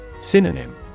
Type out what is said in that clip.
synonym